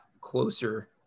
closer